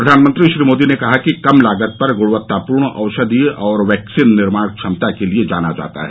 प्रधानमंत्री श्री मोदी ने कहा कि कम लागत पर ग्णवत्तापूर्ण औषधीय और वैक्सीन निर्माण क्षमता के लिए जाना जाता है